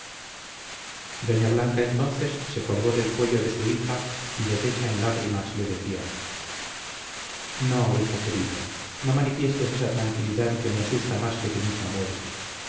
doña blanca entonces se colgó del cuello de su hija y deshecha en lagrimas le decía no hija querida no manifiestes esa tranquilidad que me asusta más que tu misma muerte